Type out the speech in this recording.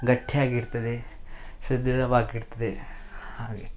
ಗಟ್ಟಿಯಾಗಿರ್ತದೆ ಸದೃಢವಾಗಿರ್ತದೆ ಹಾಗೆ